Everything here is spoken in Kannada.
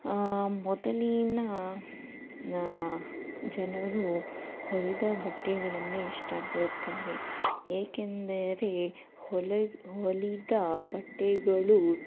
ಮೊದಲಿನ ಜನರು ಹೊಲಿದ ಬಟ್ಟೆಗಳನ್ನೇ ಇಷ್ಟಪಡುತ್ತಾರೆ ಏಕೆಂದರೆ ಹೊಲೆಗೆ ಹೊಲಿದ ಬಟ್ಟೆಗಳು